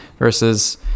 Versus